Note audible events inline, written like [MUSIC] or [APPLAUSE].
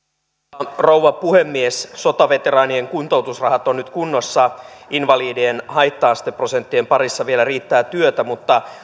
arvoisa rouva puhemies sotaveteraanien kuntoutusrahat ovat nyt kunnossa invalidien haitta asteprosenttien parissa vielä riittää työtä mutta [UNINTELLIGIBLE]